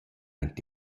aint